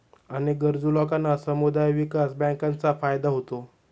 अनेक गरजू लोकांना समुदाय विकास बँकांचा फायदा होतो